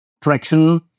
traction